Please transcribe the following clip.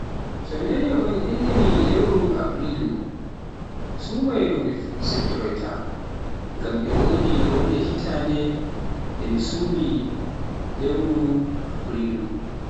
So mi nani un inni ni lewru Abrilu sumayeru mi siftoroyta ngam e wodi wonde hitande nde mi sumi nder lewru Abrilu.